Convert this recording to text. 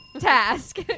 Task